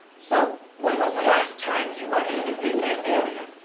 so, when was the last time you were in the green bay area.